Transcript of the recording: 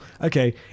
Okay